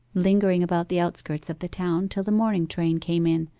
lingering about the outskirts of the town till the morning train came in,